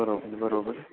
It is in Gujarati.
બરોબર બરોબર